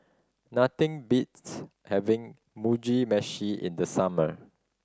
nothing beats having Mugi Meshi in the summer